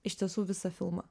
iš tiesų visą filmą